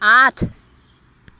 আঠ